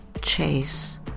chase